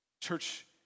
Church